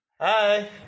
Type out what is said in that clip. Hi